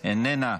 איננה.